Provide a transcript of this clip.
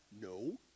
No